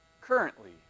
Currently